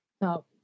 No